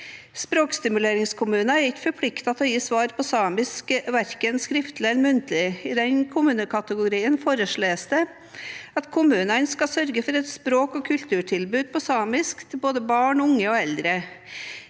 Språkstimuleringskommuner er ikke forpliktet til å gi svar på samisk verken skriftlig eller muntlig. I den kommunekategorien foreslås det at kommunene skal sørge for et språk- og kulturtilbud på samisk til både barn, unge og eldre.